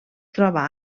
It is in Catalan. troba